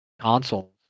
consoles